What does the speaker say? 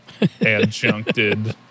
adjuncted